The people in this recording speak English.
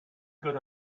good